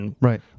Right